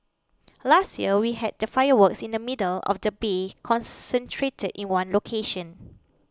last year we had the fireworks in the middle of the bay concentrated in one location